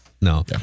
No